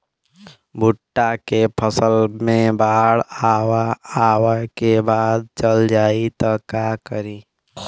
भुट्टा के फसल मे बाढ़ आवा के बाद चल जाई त का करी?